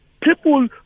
people